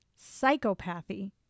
psychopathy